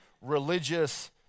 religious